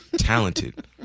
talented